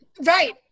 Right